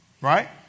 Right